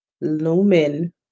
Lumen